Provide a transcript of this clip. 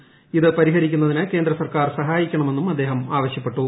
നഷ്ടമാണ് ഇത് പരിഹരിക്കുന്നതിന് കേന്ദ്രസർക്കാർ സഹായിക്കണമെന്നും അദ്ദേഹം ആവശ്യപ്പെട്ടു